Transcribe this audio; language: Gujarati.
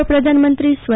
પૂર્વ પ્રધાનમંત્રી સ્વ